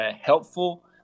helpful